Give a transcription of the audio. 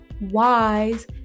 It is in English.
wise